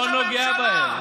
ולא רואה אותם.